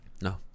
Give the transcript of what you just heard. No